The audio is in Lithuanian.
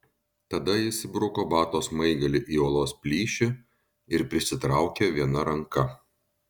tada jis įbruko bato smaigalį į uolos plyšį ir prisitraukė viena ranka